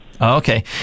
Okay